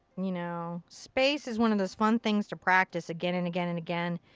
you know. space is one of those fun things to practice again and again and again.